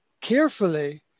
carefully